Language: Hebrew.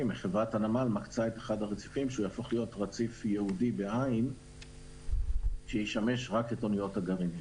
חברת הנמל מקצה את אחד הנמלים כרציף ייעודי שישמש רק את אוניות הגרעין.